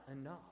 enough